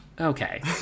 Okay